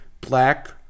black